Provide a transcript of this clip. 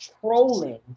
trolling